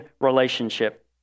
relationship